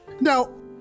Now